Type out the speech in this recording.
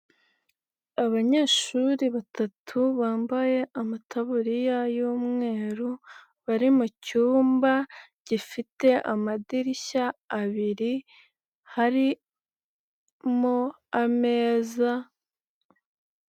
Abanyeshuri batatu bambaye amataburiya y'umweru bari mu cyumba gifite amadirishya abiri harimo ameza.